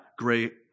Great